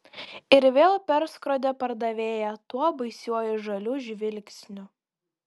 ir vėl perskrodė pardavėją tuo baisiuoju žaliu žvilgsniu